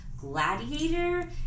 gladiator